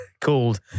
called